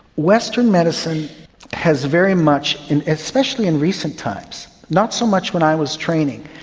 western medicine has very much, and especially in recent times, not so much when i was training,